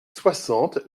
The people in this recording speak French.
soixante